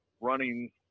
running